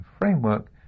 framework